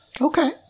Okay